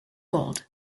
gold